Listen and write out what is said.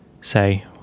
say